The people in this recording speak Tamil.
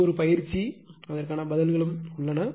இது ஒரு பயிற்சியாகும் அதற்கான பதில்கள் உள்ளன